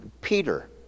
Peter